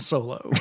Solo